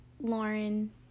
Lauren